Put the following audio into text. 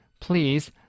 please